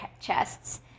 chests